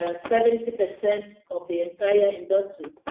ah seventy percent of the entire industry.